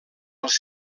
els